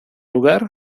lugar